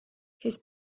his